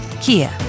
Kia